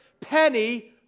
penny